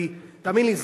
כי תאמין לי,